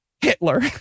Hitler